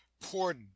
poor